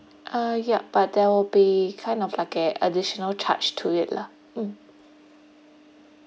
uh yeah but there will be kind of like uh additional charge to it lah mm